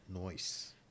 Noise